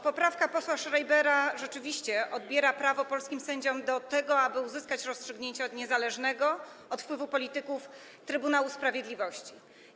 Poprawka posła Schreibera rzeczywiście odbiera prawo polskim sędziom do tego, aby uzyskali rozstrzygnięcie od niezależnego od wpływu polityków Trybunału Sprawiedliwości.